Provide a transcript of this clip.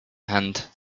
hand